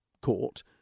Court